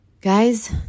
Guys